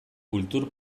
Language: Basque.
kultur